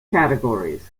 categories